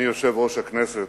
אדוני יושב-ראש הכנסת,